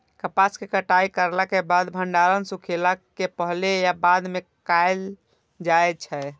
कपास के कटाई करला के बाद भंडारण सुखेला के पहले या बाद में कायल जाय छै?